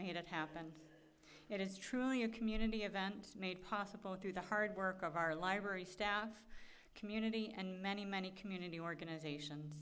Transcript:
made it happen it is truly a community event made possible through the hard work of our library staff community and many many community organizations